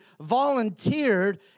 volunteered